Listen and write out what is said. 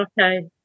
Okay